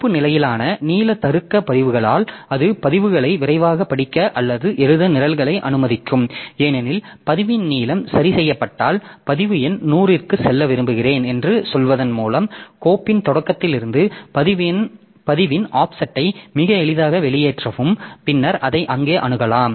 கோப்பு நிலையான நீள தருக்க பதிவுகளால் அது பதிவுகளை விரைவாக படிக்க அல்லது எழுத நிரல்களை அனுமதிக்கும் ஏனெனில் பதிவின் நீளம் சரி செய்யப்பட்டால் பதிவு எண் 100 க்கு செல்ல விரும்புகிறேன் என்று சொல்வதன் மூலம் கோப்பின் தொடக்கத்திலிருந்து பதிவின் ஆஃப்செட்டை மிக எளிதாக வெளியேற்றவும் பின்னர் அதை அங்கே அணுகலாம்